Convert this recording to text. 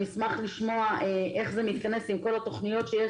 אני אשמח לשמוע איך זה מתכנס עם כל התוכניות שיש,